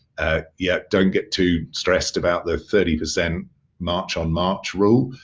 ah yeah, don't get too stressed about the thirty percent march on march rule.